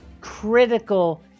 critical